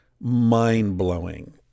mind-blowing